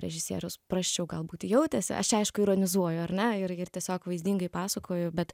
režisierius prasčiau galbūt jautėsi aš čia aišku ironizuoju ar ne ir ir tiesiog vaizdingai pasakoju bet